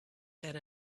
that